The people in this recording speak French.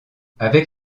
avec